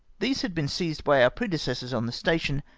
these had been seized by our predecessors on the station,